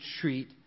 treat